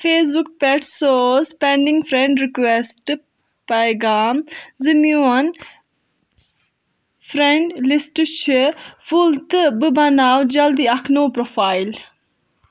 face book پٮ۪ٹھ سوز pending friend رِکویسٹہٕ پَیغام زِ میٛون فرینٛڈ لِسٹہٕ چھےٚ فُل تہٕ بہٕ بناوٕ جلدٕے اَکھ نوٚو پرٛوفایِل